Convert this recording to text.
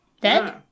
Dead